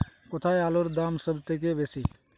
কোথায় আলুর দাম সবথেকে বেশি?